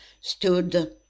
stood